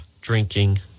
drinking